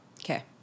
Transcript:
Okay